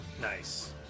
Nice